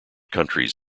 countries